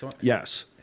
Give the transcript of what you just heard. Yes